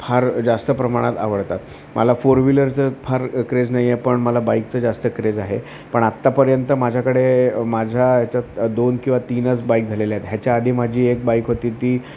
फार जास्त प्रमाणात आवडतात मला फोर व्हीलरचं फार क्रेज नाही आहे पण मला बाईकचं जास्त क्रेज आहे पण आत्तापर्यंत माझ्याकडे माझ्या याच्यात दोन किंवा तीनच बाईक झालेल्या आहेत ह्याच्या आधी माझी एक बाईक होती ती